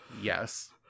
yes